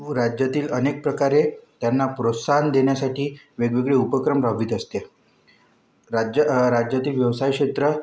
राज्यातील अनेक प्रकारे त्यांना प्रोत्साहन देण्यासाठी वेगवेगळे उपक्रम राबवित असते राज्य राज्यातील व्यवसाय क्षेत्र